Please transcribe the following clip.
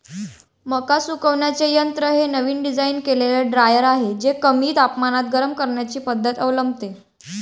मका सुकवण्याचे यंत्र हे नवीन डिझाइन केलेले ड्रायर आहे जे कमी तापमानात गरम करण्याची पद्धत अवलंबते